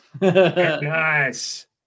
Nice